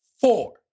Four